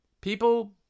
People